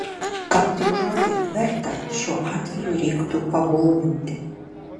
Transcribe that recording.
gal tik žodį verta šiuo atveju reiktų paboldinti